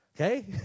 okay